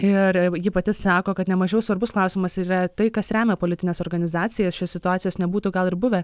ir ji pati sako kad ne mažiau svarbus klausimas ir yra tai kas remia politines organizacijas šios situacijos nebūtų gal ir buvę